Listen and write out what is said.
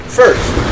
first